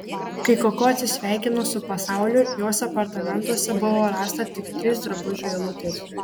kai koko atsisveikino su pasauliu jos apartamentuose buvo rasta tik trys drabužių eilutės